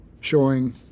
showing